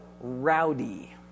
Rowdy